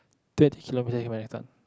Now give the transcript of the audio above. thirty kilometres marathon